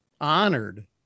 honored